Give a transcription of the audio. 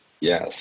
Yes